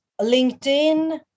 LinkedIn